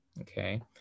Okay